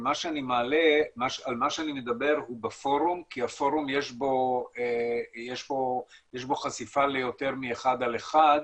על מה שאני מדבר הוא בפורום כי בפורום יש בו חשיפה ליותר מאחד על אחד,